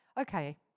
okay